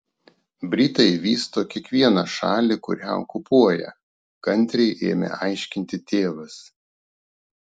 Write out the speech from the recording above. britai vysto kiekvieną šalį kurią okupuoja kantriai ėmė aiškinti tėvas